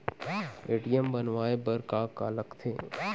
ATM बनवाय बर का का लगथे?